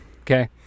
Okay